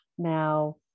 Now